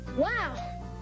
Wow